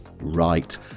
right